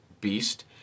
beast